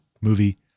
movie